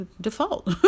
default